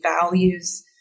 values